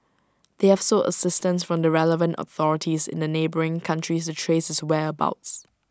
they have sought assistance from the relevant authorities in the neighbouring countries to trace his whereabouts